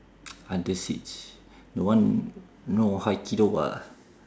under siege the one know haikido ah